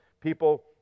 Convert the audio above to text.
people